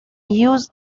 use